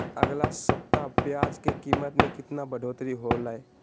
अगला सप्ताह प्याज के कीमत में कितना बढ़ोतरी होलाय?